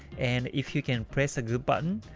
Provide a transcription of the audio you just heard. and if you can press a good button,